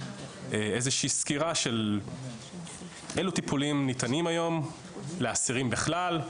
איזושהי סקירה של אילו טיפולים ניתנים היום לאסירים בכלל,